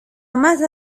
مات